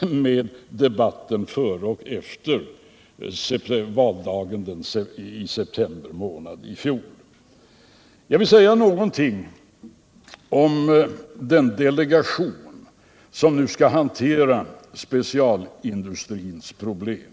med debatten före och efter valdagen i september månad i fjol. Jag vill säga någonting om den delegation som nu skall hantera spe cialstålindustrins problem.